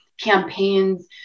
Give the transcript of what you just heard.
campaigns